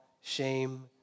shame